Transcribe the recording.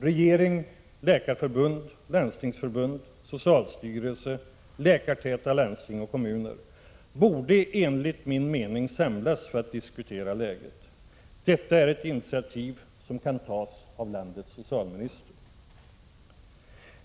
Regeringen, Läkarförbundet, Landstingsförbundet, socialstyrelsen och ”läkartäta” landsting och kommuner borde enligt min mening samlas för att diskutera läget. Detta är ett initiativ som kan tas av landets socialminister.